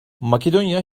makedonya